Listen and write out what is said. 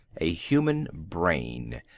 a human brain,